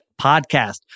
podcast